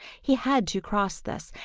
he had to cross this,